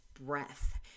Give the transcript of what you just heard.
breath